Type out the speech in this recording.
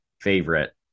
favorite